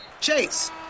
Chase